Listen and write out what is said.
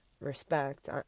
respect